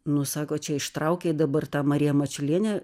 nu sako čia ištraukei dabar tą mariją mačiulienę